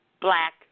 black